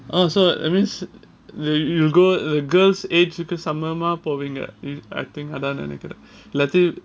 oh so that that means you go a girl's age கு சமமா போவீங்க:ku samama poveenga I think அதான் நினைக்கிறன்:adhan nenaikren